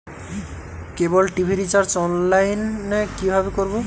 কেবল TV recharge online এ কিভাবে করব?